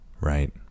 right